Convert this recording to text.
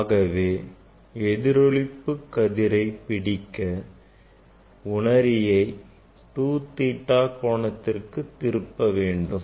ஆகவே எதிரொளிப்பு கதிரை பிடிக்க உணரியை 2 theta கோணத்திற்கு திருப்ப வேண்டும்